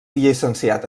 llicenciat